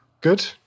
good